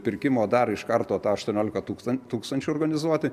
pirkimo dar iš karto tą aštuoniolika tūkstan tūkstančių organizuoti